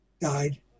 died